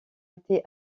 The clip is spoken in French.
été